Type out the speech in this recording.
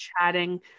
chatting